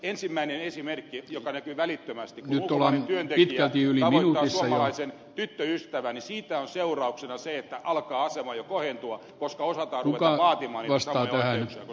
ensimmäinen esimerkki joka näkyy välittömästi on se että kun ulkomainen työntekijä tavoittaa suomalaisen tyttöystävän niin siitä on seurauksena se että alkaa asema jo kohentua koska osataan ruveta vaatimaan niitä samoja oikeuksia kuin suomalaisilla